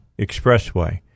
expressway